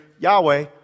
Yahweh